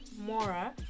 Mora